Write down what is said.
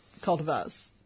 cultivars